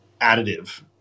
additive